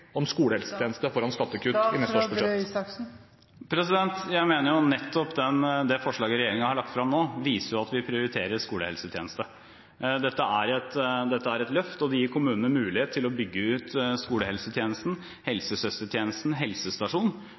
om skolehelsetjeneste foran skattekutt i neste års budsjett? Jeg mener at nettopp det forslaget regjeringen har lagt frem nå, viser at vi prioriterer skolehelsetjeneste. Dette er et løft, og det gir kommunene mulighet til å bygge ut skolehelsetjenesten, helsesøstertjenesten